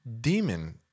demon